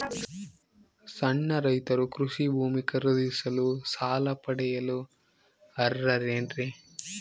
ಸಣ್ಣ ರೈತರು ಕೃಷಿ ಭೂಮಿ ಖರೇದಿಸಲು ಸಾಲ ಪಡೆಯಲು ಅರ್ಹರೇನ್ರಿ?